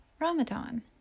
Ramadan